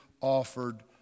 offered